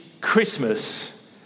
Christmas